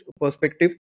perspective